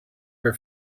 her